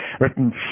written